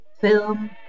film